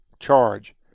charge